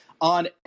on